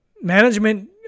Management